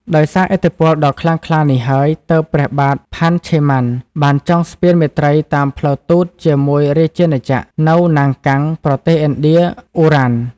ដោយសារឥទ្ធិពលដ៏ខ្លាំងក្លានេះហើយ ទើបព្រះបាទ ផាន ឆេម៉ាន់ បានចងស្ពានមេត្រីតាមផ្លូវទូតជាមួយរាជាណាចក្រ នៅ ណាង កាំង ប្រទេសឥណ្ឌា អ៊ុ រ៉ាន។